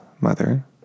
mother